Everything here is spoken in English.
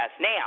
Now